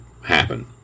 happen